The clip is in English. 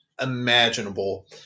imaginable